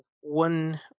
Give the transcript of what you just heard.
one